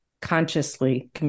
consciously